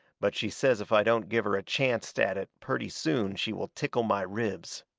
but she says if i don't give her a chancet at it purty soon she will tickle my ribs.